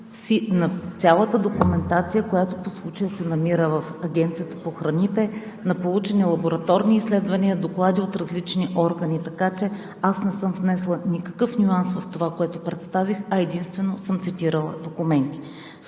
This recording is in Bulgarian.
на цялата документация, която по случая се намира в Агенцията по храните, на получени лабораторни изследвания, доклади от различни органи, така че аз не съм внесла никакъв нюанс в това, което представих, а единствено съм цитирала документи.